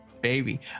baby